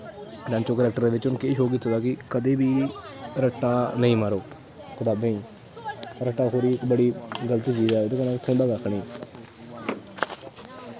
रैंचो character च उ'नें केह् शो कीते दा कि कदैं बी रट्टा नेईं मारो कताबें गी रट्टा बड़ी इक बड्डी गल्त चीज ऐ ओह्दै कन्नै थ्होंदा कक्ख निं